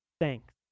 thanks